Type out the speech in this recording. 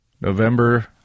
November